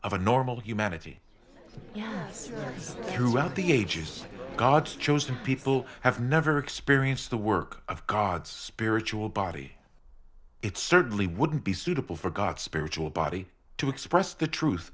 of a normal humanity throughout the ages god's chosen people have never experienced the work of god's spiritual body it certainly wouldn't be suitable for god spiritual body to express the truth